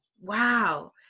Wow